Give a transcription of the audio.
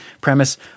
premise